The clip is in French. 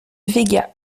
véga